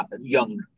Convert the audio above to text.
young